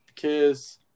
Kiss